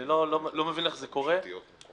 לא אדייק כרגע בסעיף הזה כי יש עוד כמה